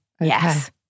yes